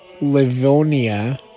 Livonia